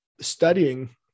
studying